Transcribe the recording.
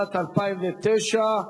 התשס"ט 2009,